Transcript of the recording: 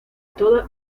todo